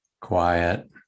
quiet